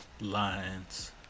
lines